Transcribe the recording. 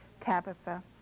Tabitha